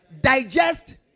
digest